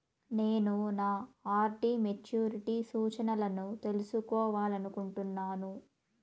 నేను నా RD maturity సూచనలను తెలుసుకోవాలనుకుంటున్నాను